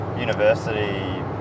university